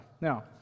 Now